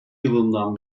yılından